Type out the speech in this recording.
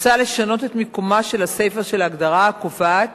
מוצע לשנות את מקומה של הסיפא של ההגדרה הקובעת